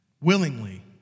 Willingly